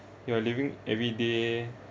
you are living everyday